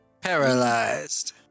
Paralyzed